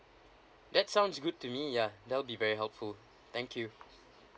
that sounds good to me yeah that'll be very helpful thank you